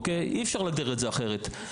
אי אפשר להגדיר את זה אחרת.